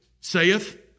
saith